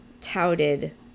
touted